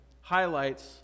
highlights